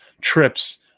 trips